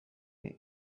again